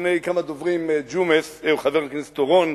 לפני כמה דוברים, ג'ומס, חבר הכנסת אורון,